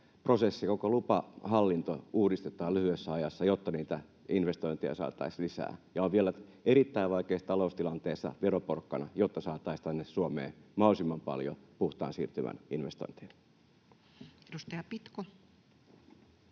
koko lupahallinto uudistetaan lyhyessä ajassa, jotta niitä investointeja saataisiin lisää, ja on vielä erittäin vaikeassa taloustilanteessa veroporkkana, jotta saataisiin tänne Suomeen mahdollisimman paljon puhtaan siirtymän investointeja.